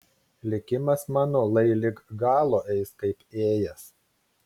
likimas mano lai lig galo eis kaip ėjęs